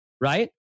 Right